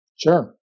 Sure